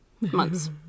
months